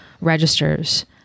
registers